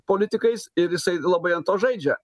politikais ir jisai labai ant to žaidžia